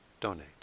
donate